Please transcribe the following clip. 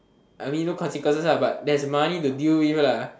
I mean no consequences lah but there's money to deal with lah